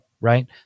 Right